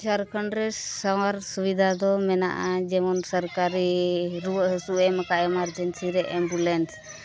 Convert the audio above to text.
ᱡᱷᱟᱲᱠᱷᱚᱸᱰ ᱨᱮ ᱥᱟᱶᱟᱨ ᱥᱩᱵᱤᱫᱷᱟ ᱫᱚ ᱢᱮᱱᱟᱜᱼᱟ ᱡᱮᱢᱚᱱ ᱥᱚᱨᱠᱟᱨᱤ ᱨᱩᱣᱟᱹᱜ ᱦᱟᱹᱥᱩ ᱨᱮ ᱮᱢ ᱠᱟᱜᱼᱟᱭ ᱮᱢᱟᱨᱡᱮᱱᱥᱤ ᱨᱮ ᱮᱢᱵᱩᱞᱮᱱᱥ